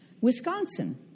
Wisconsin